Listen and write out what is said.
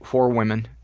four women.